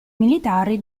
militari